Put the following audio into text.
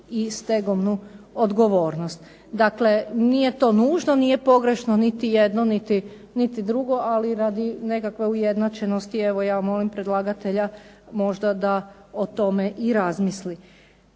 i stegovnu odgovornost. Dakle nije to nužno, nije pogrešno niti jedno niti drugo, ali radi nekakve ujednačenosti. Evo ja molim predlagatelja možda da o tome i razmisli.